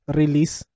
release